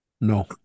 No